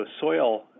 soil